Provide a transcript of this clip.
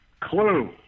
Clue